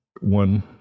one